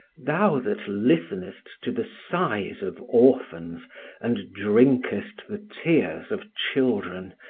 thou that listenest to the sighs of orphans and drinkest the tears of children,